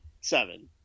seven